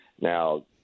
Now